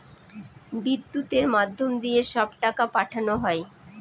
বিদ্যুতের মাধ্যম দিয়ে সব টাকা পাঠানো হয়